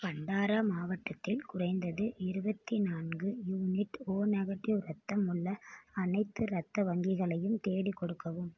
பண்டாரா மாவட்டத்தில் குறைந்தது இருபத்தி நான்கு யூனிட் ஓ நெகட்டிவ் இரத்தம் உள்ள அனைத்து இரத்த வங்கிகளையும் தேடிக் கொடுக்கவும்